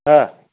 आ